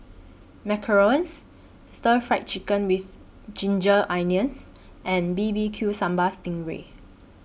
Macarons Stir Fried Chicken with Ginger Onions and B B Q Sambal Sting Ray